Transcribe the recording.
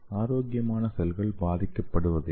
ஆரோக்கியமான செல்கள் பாதிக்கப்படுவதில்லை